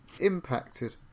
impacted